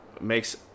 makes